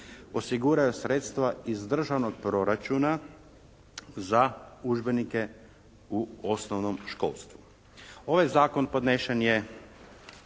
osiguraju sredstva iz državnog proračuna za udžbenike u osnovnom školstvu. Ovaj Zakon podnesen je